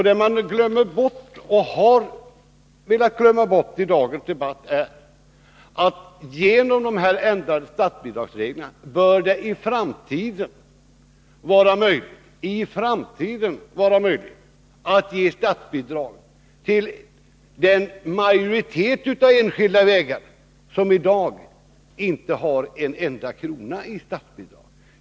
Det man lätt glömmer bort — och i dagens debatt har velat glömma bort — är att genom de ändrade statsbidragsreglerna bör det i framtiden vara möjligt att gestatsbidrag till vissa av de enskilda vägar som i dag inte har en enda krona i statsbidrag.